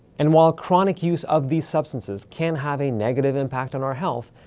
and while chronic use of these substances can have a negative impact on our health,